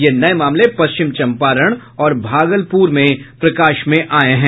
ये नये मामले पश्चिम चम्पारण और भागलपुर में प्रकाश में आये हैं